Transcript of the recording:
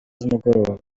z’umugoroba